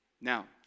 Now